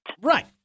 Right